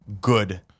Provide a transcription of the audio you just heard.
good